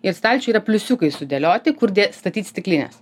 ir stalčiuj yra pliusiukai sudėlioti kur dė statyt stiklines